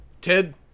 Ted